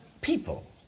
people